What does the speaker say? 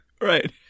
Right